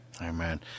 Amen